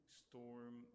storm